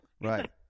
Right